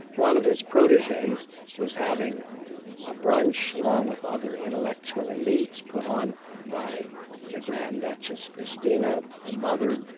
one of his proteges was having a brunch, along with other intellectual elites, put on by the grand duchess, christina, the mother,